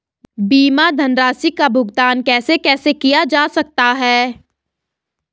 बीमा धनराशि का भुगतान कैसे कैसे किया जा सकता है?